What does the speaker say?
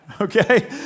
okay